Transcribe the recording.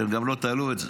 אתם גם לא תעלו את זה.